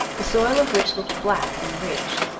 the soil of which looked black and rich.